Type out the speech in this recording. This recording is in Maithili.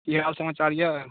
की हाल समाचार यए